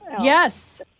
Yes